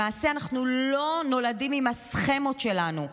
למעשה אנחנו לא נולדים עם הסכמות שלנו.